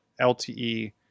LTE